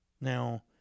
Now